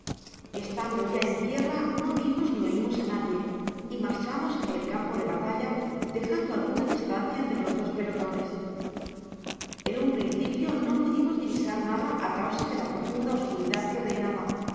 estando ya en tierra no vimos ni oimos á nadie y marchamos bada el campo de batalla dejando alguna distancia entre los dos pelotones en un principio no pudimos divisar nada á causa de la profunda oscuridad que reinaba